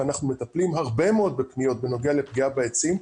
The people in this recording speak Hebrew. ואנחנו מטפלים הרבה מאוד בפניות בנוגע לפגיעה בעצים,